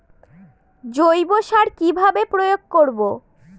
জৈব সার কি ভাবে প্রয়োগ করব?